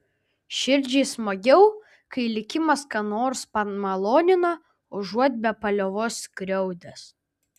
širdžiai smagiau kai likimas ką nors pamalonina užuot be paliovos skriaudęs